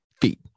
feet